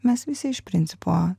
mes visi iš principo